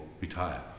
Retire